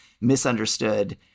misunderstood